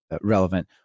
relevant